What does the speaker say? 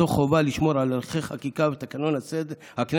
מתוך חובה לשמור על ערכי חקיקה ותקנון הכנסת,